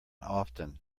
often